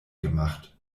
gemacht